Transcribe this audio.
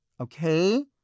okay